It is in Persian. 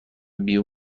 بیوم